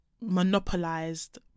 monopolized